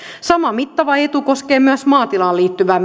sama mittava etu koskee myös maatilaan liittyvää